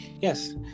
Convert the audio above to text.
Yes